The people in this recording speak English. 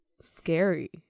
scary